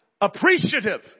appreciative